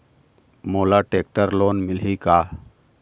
मोला tractor loan मिलही का?